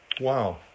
Wow